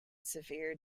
severe